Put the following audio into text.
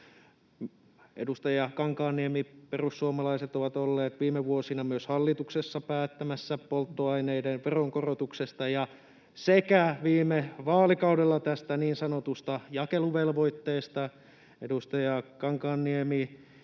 Edustaja Kankaanniemi, perussuomalaiset ovat olleet viime vuosina myös hallituksessa päättämässä polttoaineiden veronkorotuksesta sekä viime vaalikaudella tästä niin sanotusta jakeluvelvoitteesta. Edustaja Kankaanniemi,